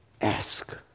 Ask